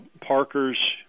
Parker's